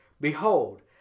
Behold